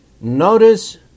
Notice